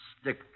Stick